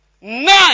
nine